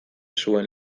zuen